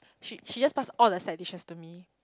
she she just pass all the side dishes to me